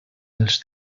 els